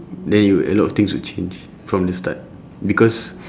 then you would a lot of things would change from the start because